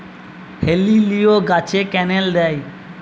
হেলিলিও গাছে ক্যানেল দেয়?